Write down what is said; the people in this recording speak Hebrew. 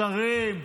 לשרים,